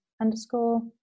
underscore